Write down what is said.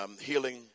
healing